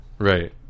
Right